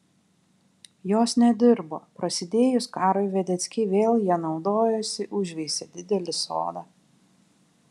jos nedirbo prasidėjus karui vedeckiai vėl ja naudojosi užveisė didelį sodą